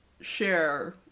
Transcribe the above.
share